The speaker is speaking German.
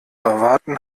erwarten